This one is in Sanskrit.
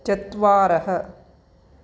चत्वारः